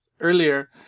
earlier